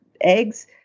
eggs